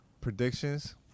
Predictions